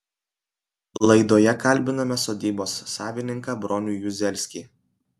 laidoje kalbiname sodybos savininką bronių juzelskį